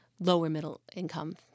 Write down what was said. lower-middle-income